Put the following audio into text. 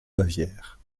bavière